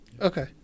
Okay